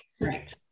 Right